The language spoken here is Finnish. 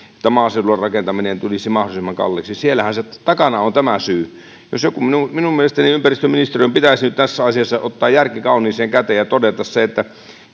että maaseudulla rakentaminen tulisi mahdollisimman kalliiksi siellähän takana on tämä syy minun mielestäni ympäristöministeriön pitäisi nyt tässä asiassa ottaa järki kauniiseen käteen ja todeta se että